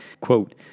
quote